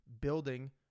building